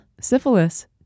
syphilis